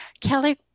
Kelly